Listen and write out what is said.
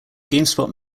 gamespot